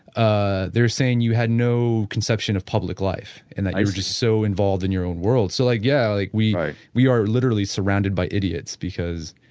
ah they're saying you have no conception of public life and that you are so involved in your own world. so like yeah like we we are literally surrounded by idiots because